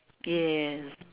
yes